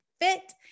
fit